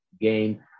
game